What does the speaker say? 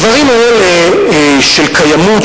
הדברים האלה של קיימוּת,